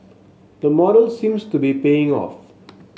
the model seems to be paying off